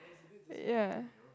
ya